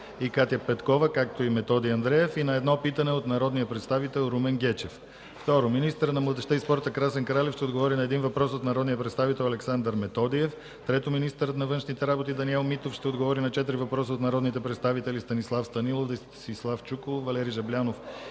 Катя Попова и Методи Андреев и на едно питане от народния представител Румен Гечев. 2. Министърът на младежта и спорта Красен Кралев ще отговори на един въпрос от народния представител Александър Методиев. 3. Министърът на външните работи Даниел Митов ще отговори на четири въпроса от народните представители Станислав Станилов, Десислав Чуколов, Валери Жаблянов,